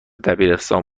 دبیرستان